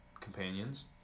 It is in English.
companions